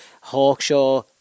Hawkshaw